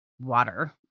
water